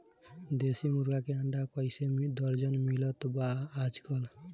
देशी मुर्गी के अंडा कइसे दर्जन मिलत बा आज कल?